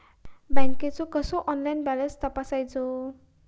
बँकेचो कसो online balance तपासायचो?